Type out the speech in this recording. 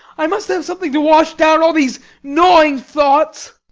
i must have something to wash down all these gnawing thoughts.